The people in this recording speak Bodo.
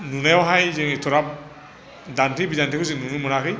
नुनायावहाय जों एथ'राब दानथे बिदानथेखौ जों नुनो मोनाखै